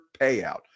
payout